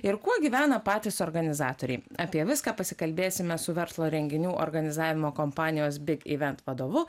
ir kuo gyvena patys organizatoriai apie viską pasikalbėsime su verslo renginių organizavimo kompanijos big event vadovu